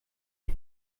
ich